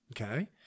Okay